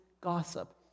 gossip